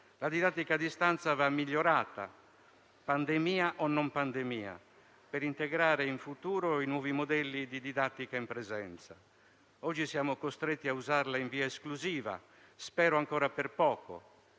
La didattica a distanza va migliorata, pandemia o non pandemia, per integrare in futuro i nuovi modelli di didattica in presenza. Oggi siamo costretti a usarla in via esclusiva, spero ancora per poco.